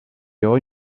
hoy